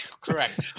Correct